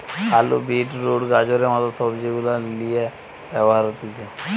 আলু, beetroot, গাজরের মত সবজি গুলার লিয়ে ব্যবহার হতিছে